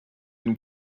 nous